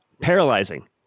paralyzing